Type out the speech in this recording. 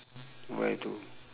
where to